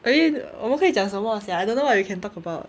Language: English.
actually 我们可以讲什么 sia I don't know what we can talk about